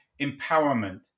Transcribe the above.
empowerment